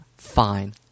Fine